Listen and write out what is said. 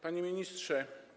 Panie Ministrze!